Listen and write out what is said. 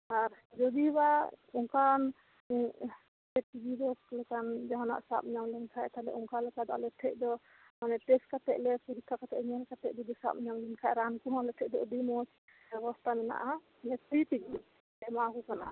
ᱟᱨ ᱨᱩᱜᱤᱣᱟᱜ ᱚᱱᱠᱟᱱ ᱴᱤᱵᱤ ᱨᱳᱜ ᱞᱮᱠᱟᱱ ᱡᱟᱦᱟᱸᱱᱟᱜ ᱥᱟᱵ ᱧᱟᱢ ᱞᱚᱱᱠᱷᱟᱡ ᱚᱱᱠᱟᱞᱮᱠᱟ ᱫᱚ ᱟᱞᱮ ᱴᱷᱮᱡ ᱫᱚ ᱢᱟᱱᱮ ᱴᱮᱥᱴ ᱠᱟᱛᱮ ᱯᱚᱨᱤᱠᱠᱷᱷᱟ ᱠᱟᱛᱮ ᱞᱮ ᱧᱮᱞᱟ ᱥᱟᱵ ᱧᱟᱢ ᱞᱮᱱᱠᱷᱟᱱ ᱨᱟᱱ ᱠᱚᱦᱚᱸ ᱟᱞ ᱴᱷᱮᱡ ᱫᱚ ᱟᱹᱰᱤ ᱢᱚᱸᱡ ᱵᱮᱵᱚᱥᱛᱟ ᱢᱮᱱᱟᱜᱼᱟ ᱡᱮᱛᱮ ᱠᱤᱪᱷᱩ ᱞᱮ ᱮᱢᱟ ᱠᱚ ᱠᱟᱱᱟ